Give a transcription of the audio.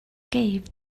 gave